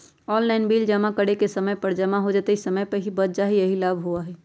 Online bill जमा करे से समय पर जमा हो जतई और समय भी बच जाहई यही लाभ होहई?